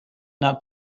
not